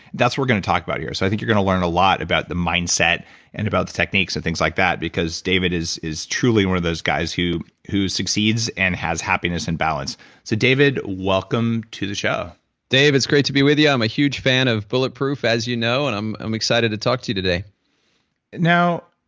that's what we're going to talk about here. so i think we're going to learn a lot about the mindset and about the techniques and things like that because david is is truly one of those guys who who succeeds and has happiness and balance. so david, welcome to the show dave, it's great to be with you. i'm a huge fan of bulletproof as you know and i'm i'm excited to talk to you today now,